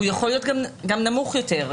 הוא יכול להיות גם נמוך יותר.